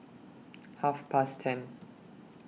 Half Past ten